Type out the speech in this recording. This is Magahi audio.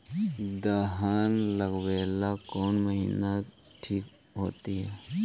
दलहन लगाबेला कौन महिना ठिक होतइ?